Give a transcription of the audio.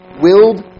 willed